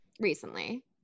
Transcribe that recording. recently